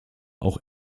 auch